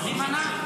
מי מנע?